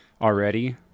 already